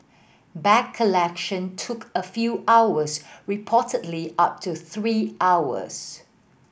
bag collection took a few hours reportedly up to three hours